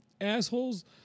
assholes